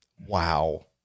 wow